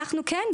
כן.